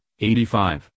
85